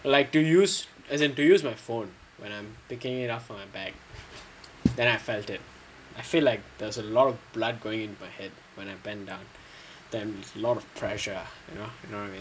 like to use as in to use my phone and then I felt feel like there's a lot of blood going into my head when I bend down then a lot of pressure you know you know what I mean